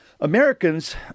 Americans